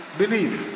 believe